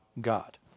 God